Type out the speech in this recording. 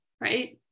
Right